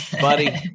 buddy